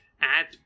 add